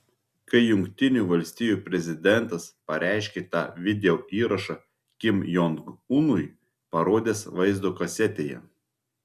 kai jungtinių valstijų prezidentas pareiškė tą videoįrašą kim jong unui parodęs vaizdo kasetėje